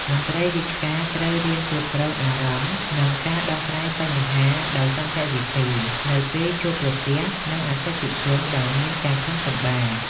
មន្ត្រីរាជការត្រូវរៀនគ្រប់គ្រងអារម្មណ៍ និងការដោះស្រាយបញ្ហាដោយសន្តិវិធី នៅពេលជួបប្រទះនឹងអតិថិជនដែលមានការខឹងសម្បារ។